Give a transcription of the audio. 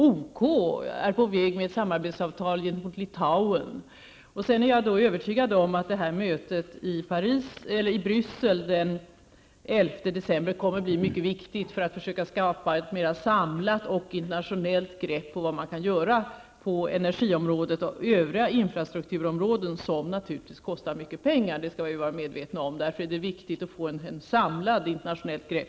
OK arbetar med ett samarbetsavtal gentemot Sedan är jag övertygad om att det här mötet i Bryssel den 11 december kommer att bli mycket viktigt för att försöka skapa ett mer samlat och internationellt grepp på vad man kan göra på energiområdet och övriga infrastrukturområden. Detta kostar naturligtvis mycket pengar. Det måste vi vara medvetna om. Därför är det viktigt att få ett samlat internationellt grepp.